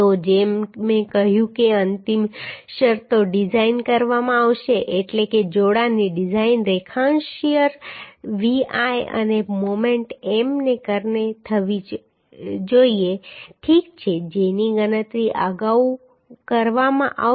તો જેમ મેં કહ્યું છે કે અંતિમ શરતો ડિઝાઇન કરવામાં આવશે એટલે કે જોડાણની ડિઝાઇન રેખાંશ શીયર Vl અને મોમેન્ટ M ને કારણે થવી જોઈએ ઠીક છે જેની ગણતરી અગાઉ કરવામાં આવી છે